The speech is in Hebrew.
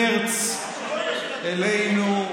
מרץ אלינו,